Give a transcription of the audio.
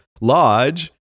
lodge